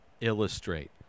illustrate